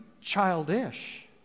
childish